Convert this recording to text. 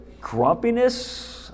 grumpiness